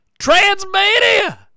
Transmania